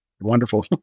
wonderful